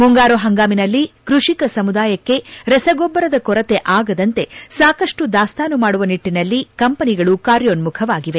ಮುಂಗಾರು ಹಂಗಾಮಿನಲ್ಲಿ ಕೃಷಿಕ ಸಮುದಾಯಕ್ಕೆ ರಸಗೊಬ್ಲರದ ಕೊರತೆ ಆಗದಂತೆ ಸಾಕಷ್ಟು ದಾಸ್ತಾನು ಮಾಡುವ ನಿಟ್ಟನಲ್ಲಿ ಕಂಪನಿಗಳು ಕಾರ್ಯೋನ್ನುಖವಾಗಿವೆ